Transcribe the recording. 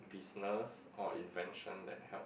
business or invention that help